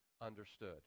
understood